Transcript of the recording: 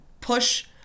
push